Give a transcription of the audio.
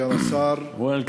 סגן השר, ויין אל-כאפיה?